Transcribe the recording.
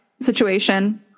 situation